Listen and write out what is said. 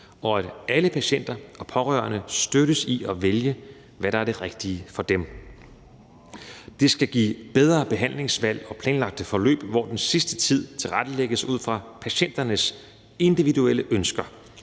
og at alle patienter og pårørende støttes i at vælge, hvad der er det rigtige for dem. Det skal give bedre behandlingsvalg og planlagte forløb, hvor den sidste tid tilrettelægges ud fra patienternes individuelle ønsker.